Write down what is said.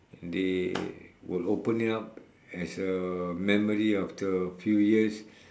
they will open it up as a memory after a few years